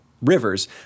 rivers